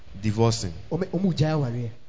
divorcing